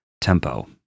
tempo